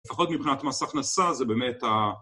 לפחות מבחינת מס הכנסה זה באמת ה...